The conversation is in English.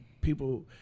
People